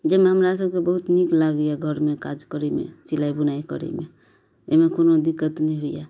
जाहिमे हमरा सबके बहुत नीक लागैया घरमे काज करयमे सिलाइ बुनाइ करयमे एहिमे कोनो दिक्कत नहि होइया